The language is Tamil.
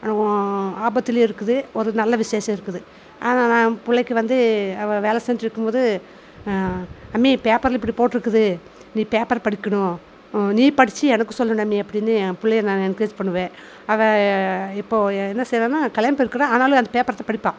ஆபத்துலேயும் இருக்குது ஒரு நல்ல விசேஷம் இருக்குது ஆனால் நான் பிள்ளைக்கு வந்து அவள் வேலை செஞ்சிட்டு இருக்கும் போது அம்மி பேப்பரில் இப்படி போட்ருக்குது நீ பேப்பரை படிக்கணும் நீ படித்து எனக்கு சொல்லணும் அப்படினு என் பிள்ளைய நான் என்கரேஜ் பண்ணுவேன் அவள் இப்போ என்ன செய்கிறானா கல்யாணம் பண்ணிருக்கிறா ஆனாலும் அந்த பேப்பரை படிப்பாள்